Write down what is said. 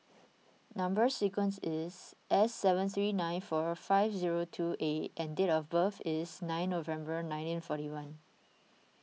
Number Sequence is S seven three nine four five zero two A and date of birth is nine November nineteen forty one